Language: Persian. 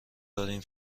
داریم